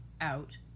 out